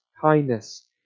kindness